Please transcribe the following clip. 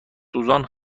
سوزان